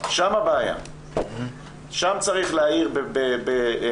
שם הבעיה ושם צריך להאיר עם פנס.